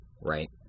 Right